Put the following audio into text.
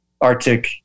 Arctic